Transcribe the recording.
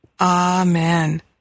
Amen